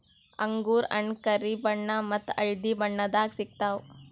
ಅಂಗೂರ್ ಹಣ್ಣ್ ಕರಿ ಬಣ್ಣ ಮತ್ತ್ ಹಳ್ದಿ ಬಣ್ಣದಾಗ್ ಸಿಗ್ತವ್